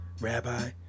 Rabbi